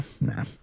nah